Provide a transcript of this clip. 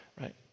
right